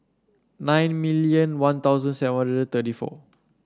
nine million One Thousand seven thirty four